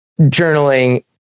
journaling